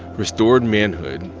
restored manhood.